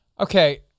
Okay